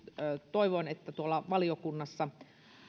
toivon että tuolla valiokunnassa